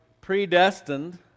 predestined